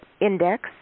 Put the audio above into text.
index